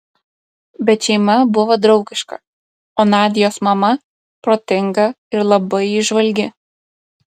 bet šeima buvo draugiška o nadios mama protinga ir labai įžvalgi